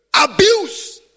Abuse